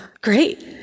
great